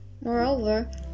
Moreover